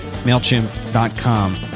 Mailchimp.com